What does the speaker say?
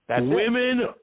Women